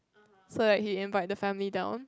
so like he invite the family down